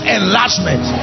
enlargement